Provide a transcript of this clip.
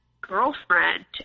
girlfriend